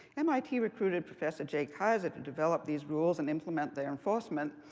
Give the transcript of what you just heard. mit recruited professor jay keyser to develop these rules and implement their enforcement.